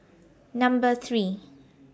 Number three